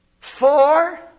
Four